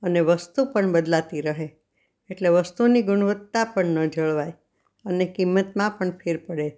અને વસ્તુ પણ બદલાતી રહે એટલે વસ્તુની ગુણવત્તા પણ ન જળવાય અને કિંમતમાં પણ ફેર પડે